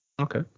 Okay